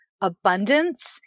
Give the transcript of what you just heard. abundance